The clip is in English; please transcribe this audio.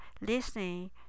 listening